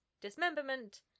dismemberment